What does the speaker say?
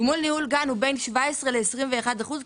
גמול ניהול גן הוא בין 17 ל-21 אחוזים